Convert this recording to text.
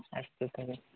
अस्तु तर्हि